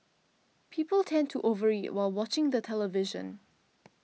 people tend to over eat while watching the television